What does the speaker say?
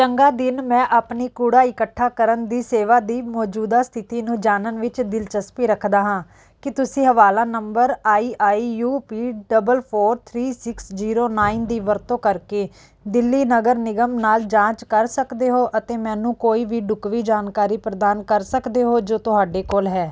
ਚੰਗਾ ਦਿਨ ਮੈਂ ਆਪਣੀ ਕੂੜਾ ਇਕੱਠਾ ਕਰਨ ਦੀ ਸੇਵਾ ਦੀ ਮੌਜੂਦਾ ਸਥਿਤੀ ਨੂੰ ਜਾਣਨ ਵਿੱਚ ਦਿਲਚਸਪੀ ਰੱਖਦਾ ਹਾਂ ਕੀ ਤੁਸੀਂ ਹਵਾਲਾ number I I U P double four three six zero nine ਦੀ ਵਰਤੋਂ ਕਰਕੇ ਦਿੱਲੀ ਨਗਰ ਨਿਗਮ ਨਾਲ ਜਾਂਚ ਕਰ ਸਕਦੇ ਹੋ ਅਤੇ ਮੈਨੂੰ ਕੋਈ ਵੀ ਢੁਕਵੀਂ ਜਾਣਕਾਰੀ ਪ੍ਰਦਾਨ ਕਰ ਸਕਦੇ ਹੋ ਜੋ ਤੁਹਾਡੇ ਕੋਲ ਹੈ